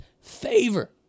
favor